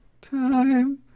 time